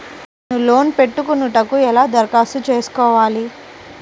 నేను లోన్ పెట్టుకొనుటకు ఎలా దరఖాస్తు చేసుకోవాలి?